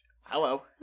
Hello